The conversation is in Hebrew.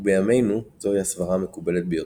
ובימינו זוהי הסברה המקובלת ביותר.